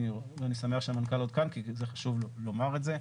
אני שמח שהמנכ"ל עוד כאן כי זה חשוב לומר את זה.